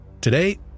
Today